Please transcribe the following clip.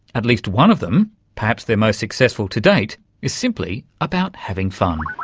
at least one of them perhaps their most successful to date is simply about having fun.